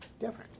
different